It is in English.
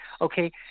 okay